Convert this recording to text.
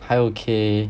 还 okay